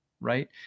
right